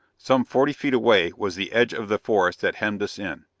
some, forty feet away was the edge of the forest that hemmed us in.